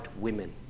women